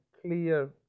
clear